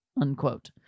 unquote